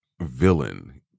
villain